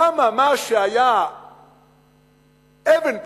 למה מה שהיה אבן פינה,